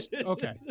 Okay